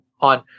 on